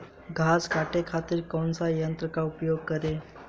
घास काटे खातिर कौन सा यंत्र का उपयोग करें?